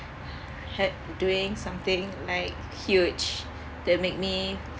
had doing something like huge that make me